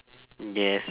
yes